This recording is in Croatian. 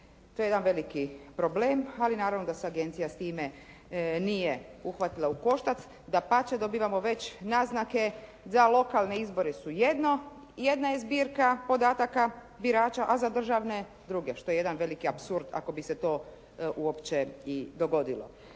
to je jedan veliki problem, ali naravno da se Agencija s time nije uhvatila u koštac, dapače, dobivamo već naznake za lokalne izbore su jedna zbirka podataka birača a za državne druge. Što je jedan veliki apsurd ako bi se to uopće i dogodilo.